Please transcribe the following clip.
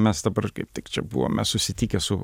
mes dabar kaip tik čia buvome susitikę su